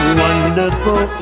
wonderful